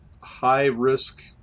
high-risk